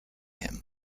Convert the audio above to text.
him